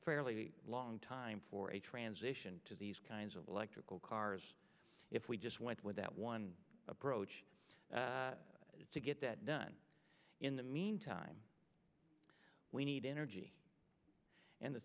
fairly long time for a transition to these kinds of electrical cars if we just went with that one approach to get that done in the meantime we need energy and the